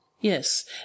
Yes